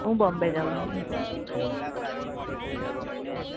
હું બોમ્બે જાઉં છું